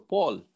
Paul